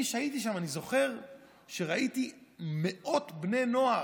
אני, שהייתי שם, אני זוכר שראיתי מאות בני נוער,